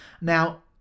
Now